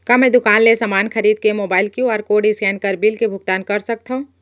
का मैं दुकान ले समान खरीद के मोबाइल क्यू.आर कोड स्कैन कर बिल के भुगतान कर सकथव?